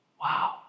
Wow